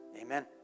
Amen